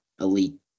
elite